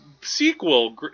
sequel